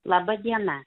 laba diena